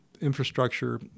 infrastructure